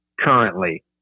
currently